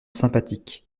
sympathiques